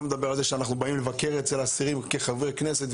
אני לא מדבר על זה שאנחנו מבקרים את האסירים כחברי כנסת.